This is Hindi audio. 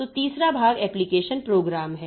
तो तीसरा भाग एप्लिकेशन प्रोग्राम है